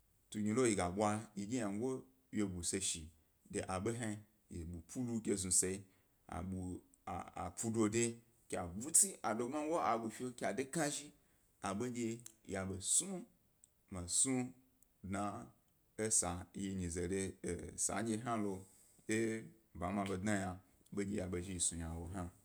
Tugni lo yi ga bwa yi dye ynago wyego se shi, de a ḃo hna, yi ḃu polo ge znu sayi, apnu dode ke aḃutsi a do gbmago, a ḃu fi ke a de knazhi, a ḃondye, aḃo snu, mi snu dna esa mi nyi ze ri esa hna lo, e ba mi ḃe dna yna ḃo ya ḃa zhi snu yna hna.